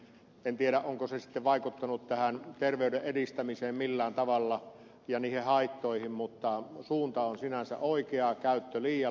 en tiedä onko se sitten vaikuttanut tähän terveyden edistämiseen millään tavalla ja niihin haittoihin mutta suunta on sinänsä oikea käyttö on liiallista